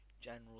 general